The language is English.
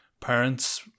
parents